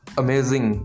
amazing